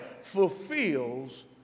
fulfills